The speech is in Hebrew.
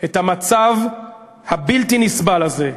את המצב הבלתי-נסבל הזה,